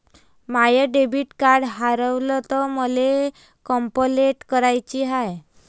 माय debit card हारवल तर मले कंपलेंट कराची हाय